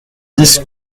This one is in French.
dix